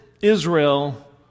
Israel